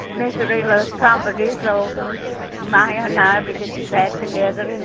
misery loves company, so maya and i begin to sit together.